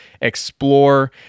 explore